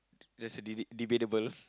that's a dele~ debatable